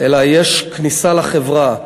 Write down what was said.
אלא יש כניסה לחברה.